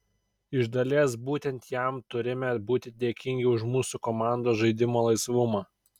iš dalies būtent jam turime būti dėkingi už mūsų komandos žaidimo laisvumą